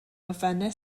elfennau